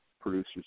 producers